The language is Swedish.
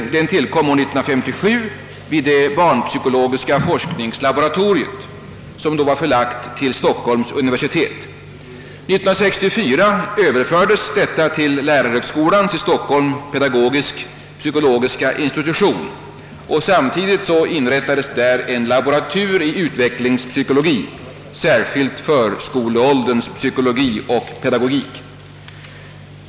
Den tillkom år 1957 i och med det barnpsykologiska forskningslaboratoriet, som då var förlagt till Stockholms universitet. år 1964 överfördes detta till lärarhögskolans i Stockholm pedagogisk-psykologiska institution. Samtidigt inrättades där en laboratur i utvecklingspsykologi, särskilt förskolålderns psykologi och pedagogik.